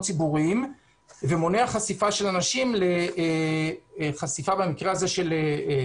ציבוריים ומונע חשיפה של אנשים לטבק במקרה הזה.